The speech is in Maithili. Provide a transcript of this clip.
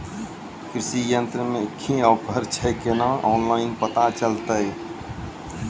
कृषि यंत्र मे की ऑफर छै केना ऑनलाइन पता चलतै?